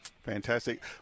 Fantastic